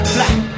Black